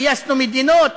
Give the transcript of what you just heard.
גייסנו מדינות,